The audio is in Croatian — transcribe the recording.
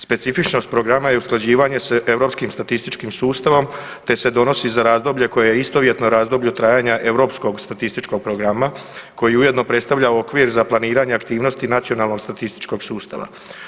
Specifičnost programa je usklađivanje s Europskim statističkim sustavom te se donosi te se donosi za razdoblje koje je istovjetno razdoblju trajanja Europskog statističkog programa, koji je ujedno predstavljao okvir za planiranje aktivnosti nacionalnog statističkog sustava.